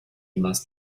must